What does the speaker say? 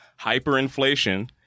Hyperinflation